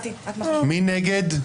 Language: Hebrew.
מי נגד?